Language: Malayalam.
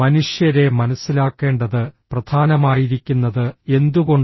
മനുഷ്യരെ മനസ്സിലാക്കേണ്ടത് പ്രധാനമായിരിക്കുന്നത് എന്തുകൊണ്ട്